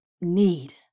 need